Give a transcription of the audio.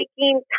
taking